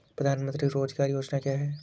प्रधानमंत्री रोज़गार योजना क्या है?